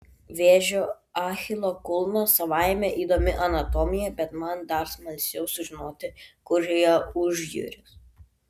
vėžio achilo kulnas savaime įdomi anatomija bet man dar smalsiau sužinoti kur yra užjūris